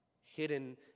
hidden